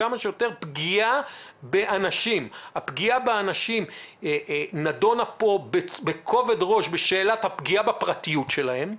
הפגיעה באנשים נדונה פה בכובד ראש בשאלת הפגיעה בפרטיות שלהם,